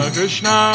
Krishna